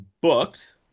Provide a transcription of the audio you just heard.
booked